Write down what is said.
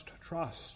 trust